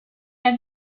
have